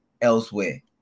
elsewhere